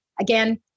again